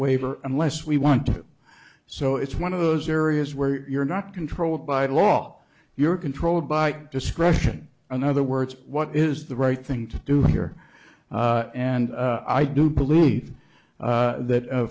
waiver unless we want to so it's one of those areas where you're not controlled by law you're controlled by discretion in other words what is the right thing to do here and i do believe that